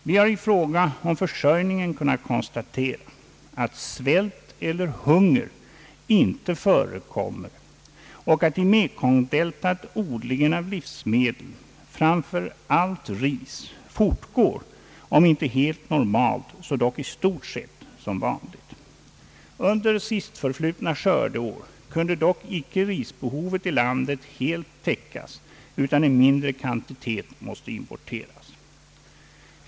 Vi har i fråga om försörjningen kunnat konstatera att allmän svält eller hunger inte förekommer och att i Mekong-deltat odlingen av livsmedel, framför allt ris, fortgår om inte helt normalt så i stort sett som vanligt. Under senast förflutna skördeår kunde dock icke risbehovet i landet helt täckas, utan en mindre kvantitet måste importeras.